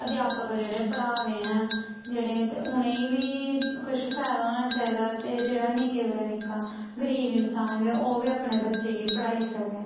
अध्यापक जेह्ड़े पढ़ा दे ऐं जेह्ड़े ते उनेंगी बी कुश फैदा होना चाही दा ते जेह्ड़ा निक्के कोला निक्का गरीब इंसान ऐ ओह् बी अपने बच्चे गी पढ़ाई सकै